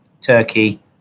turkey